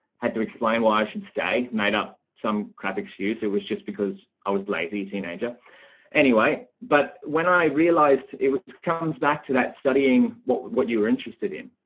had to explain why should stay night up some crap excuse it was just because i was lazy teenager anyway, but when i realized it was comes back to that studying what what you were interested in.